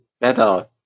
better